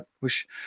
wish